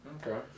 Okay